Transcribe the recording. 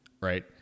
right